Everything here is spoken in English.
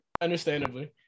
Understandably